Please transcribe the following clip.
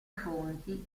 fonti